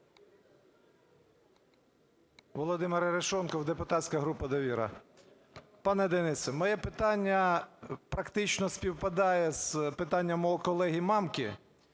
Володимир Арешонков, депутатська група "Довіра". Пане Денис, моє питання практично співпадає з питанням мого колеги Мамки,